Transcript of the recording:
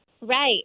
Right